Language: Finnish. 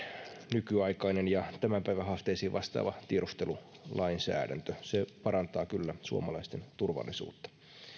nykyaikainen ja tämän päivän haasteisiin vastaava tiedustelulainsäädäntö se parantaa kyllä suomalaisten turvallisuutta